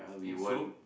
and so